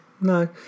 no